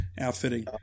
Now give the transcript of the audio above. outfitting